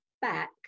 back